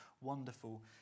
wonderful